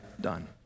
done